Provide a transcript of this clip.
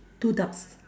two ducks